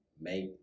make